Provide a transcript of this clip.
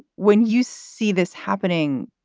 when you see this happening,